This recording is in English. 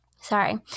sorry